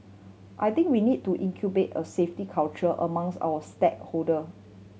I think we need to a safety culture amongst our stakeholder